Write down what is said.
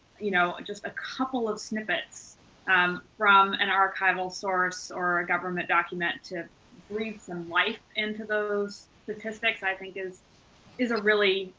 you know, a couple of snippets um from an archival source or a government document to breathe some life into those statistics i think is is a really,